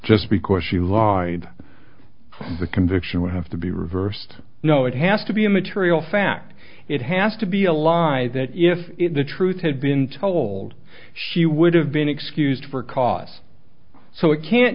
just because she lied the conviction would have to be reversed no it has to be a material fact it has to be a lie that if the truth had been told she would have been excused for cause so it can't